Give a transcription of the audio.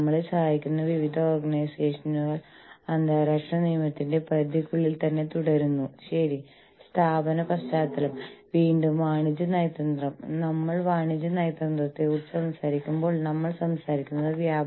നിങ്ങൾ ലോകത്തിന്റെ ഏത് ഭാഗത്തുമുള്ള നിങ്ങളുടെ സുഹൃത്തുക്കളുമായി ഇവിടെ ഇരുന്നുകൊണ്ട് ഫേസ്ബുക് വാട്ട്സ്ആപ്പ് മുതലായവ ഉപയോഗിച്ച് നിങ്ങൾ ചാറ്റ് ചെയ്യുന്നു